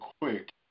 quick